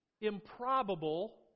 improbable